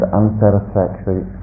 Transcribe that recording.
unsatisfactory